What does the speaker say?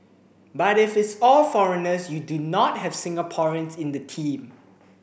but if it's all foreigners you do not have Singaporeans in the team